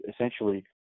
essentially